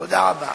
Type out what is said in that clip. תודה רבה.